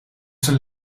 zijn